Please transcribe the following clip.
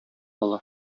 кала